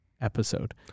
episode